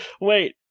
wait